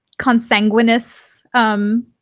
consanguinous